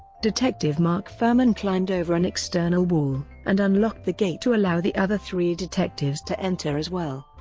detective mark fuhrman climbed over an external wall and unlocked the gate to allow the other three detectives to enter as well.